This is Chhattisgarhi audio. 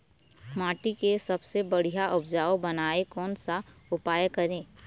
माटी के सबसे बढ़िया उपजाऊ बनाए कोन सा उपाय करें?